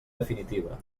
definitiva